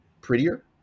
prettier